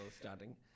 starting